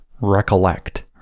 recollect